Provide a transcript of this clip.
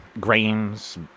grains